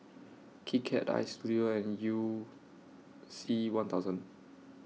Kit Kat Istudio and YOU C one thousand